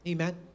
Amen